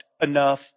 enough